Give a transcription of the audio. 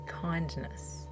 kindness